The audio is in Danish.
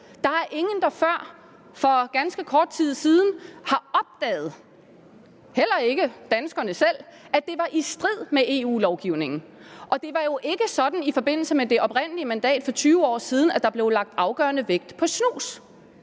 Der er ingen, der før for ganske kort tid siden har opdaget – heller ikke danskerne selv – at det var i strid med EU-lovgivningen. Det var jo ikke sådan i forbindelse med det oprindelige mandat for 20 år siden, at der blev lagt afgørende vægt på snus.